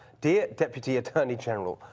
the ah deputy attorney general,